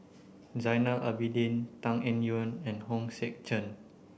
Zainal Abidin Tan Eng Yoon and Hong Sek Chern